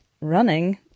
running